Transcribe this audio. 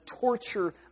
torture